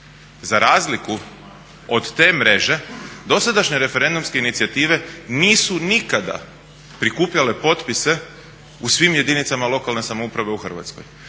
Za razliku od te mreže dosadašnje referendumske inicijative nisu nikada prikupljale potpise u svim jedinicama lokalne samouprave u Hrvatskoj.